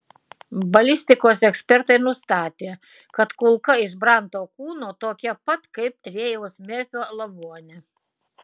balistikos ekspertai nustatė kad kulka iš branto kūno tokia pat kaip rėjaus merfio lavone